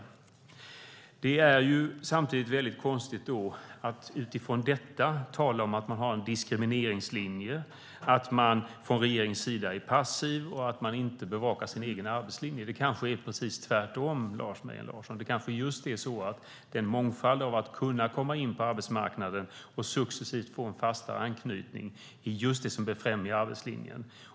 Samtidigt är det mycket konstigt att utifrån detta tala om att man har en diskrimineringslinje, att man från regeringens sida är passiv och att man inte bevakar sin egen arbetslinje. Det kanske är precis tvärtom, Lars Mejern Larsson. Det kanske är så att den mångfald när det gäller att kunna komma in på arbetsmarknaden och successivt få en fastare anknytning är just det som befrämjar arbetslinjen.